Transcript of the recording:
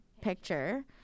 picture